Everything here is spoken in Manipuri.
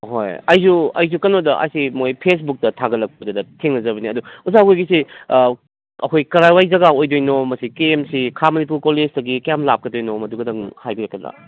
ꯑꯍꯣꯏ ꯑꯩꯁꯨ ꯑꯩꯁꯨ ꯀꯩꯅꯣꯗ ꯑꯁꯤ ꯃꯣꯏ ꯐꯦꯁꯕꯨꯛꯇ ꯊꯥꯒꯠꯂꯛꯄꯗꯨꯗ ꯊꯦꯡꯅꯖꯕꯅꯤ ꯑꯗꯨ ꯑꯣꯖꯥ ꯍꯣꯏꯒꯤꯁꯦ ꯑꯩꯈꯣꯏ ꯀꯔꯥꯏꯋꯥꯏ ꯖꯒꯥ ꯑꯣꯏꯗꯣꯏꯅꯣ ꯃꯁꯤ ꯀꯦ ꯑꯦꯝ ꯁꯤ ꯈꯥ ꯃꯅꯤꯄꯨꯔ ꯀꯣꯂꯦꯖꯇꯒꯤ ꯀꯌꯥꯝ ꯂꯥꯞꯀꯗꯣꯏꯅꯣ ꯃꯗꯨꯒꯗꯪ ꯍꯥꯏꯕꯤꯀꯗ꯭ꯔꯥ